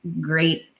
great